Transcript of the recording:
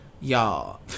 y'all